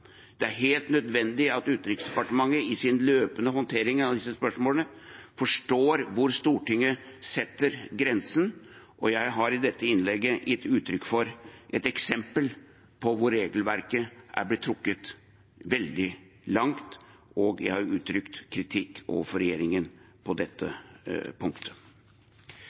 Det er helt nødvendig at Utenriksdepartementet i sin løpende håndtering av disse spørsmålene forstår hvor Stortinget setter grensen, og jeg har i dette innlegget gitt uttrykk for et eksempel på hvor regelverket er blitt trukket veldig langt, og jeg har uttrykt kritikk overfor regjeringen på dette punktet.